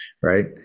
right